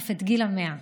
אף את גיל 100,